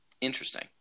Interesting